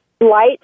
light